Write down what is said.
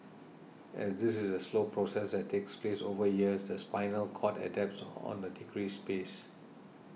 as this is a slow process that takes place over years the spinal cord adapts on the decreased space